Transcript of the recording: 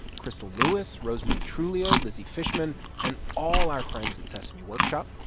krystal lewis, rosemarie truglio, lizzy fishman and all our friends at sesame workshop.